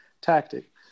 tactic